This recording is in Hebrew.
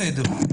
בסדר,